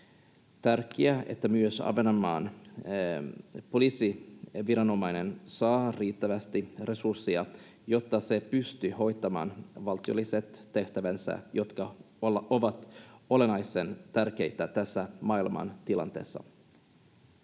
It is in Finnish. tärkeää, että myös Ahvenanmaan poliisiviranomainen saa riittävästi resursseja, jotta se pystyy hoitamaan valtiolliset tehtävänsä, jotka ovat olennaisen tärkeitä tässä maailmantilanteessa.